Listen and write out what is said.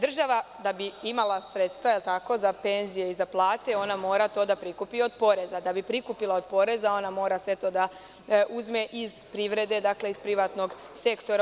Država da bi imala sredstva za penzije i za plate mora to da prikupi od poreza, da bi prikupila od poreza ona mora sve to da uzme iz privrede, iz privatnog sektora.